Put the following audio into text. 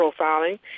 profiling